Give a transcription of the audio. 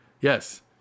yes